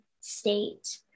state